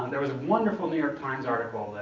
there was a wonderful new york times article,